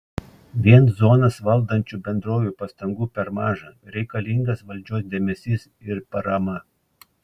vien zonas valdančių bendrovių pastangų per maža reikalingas valdžios dėmesys ir parama